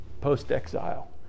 post-exile